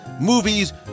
Movies